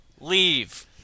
leave